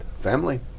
Family